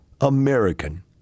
American